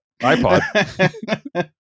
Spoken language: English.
iPod